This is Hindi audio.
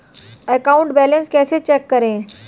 अकाउंट बैलेंस कैसे चेक करें?